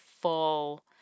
full